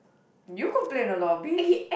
you go play in the lobbies